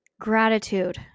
gratitude